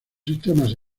sistemas